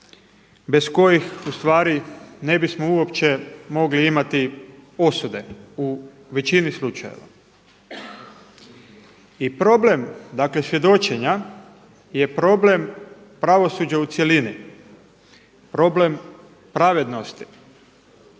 bez kojih u stvari ne bismo uopće mogli imati osude u većini slučajeva. I problem dakle svjedočenja je problem pravosuđa u cjelini, problem pravednosti.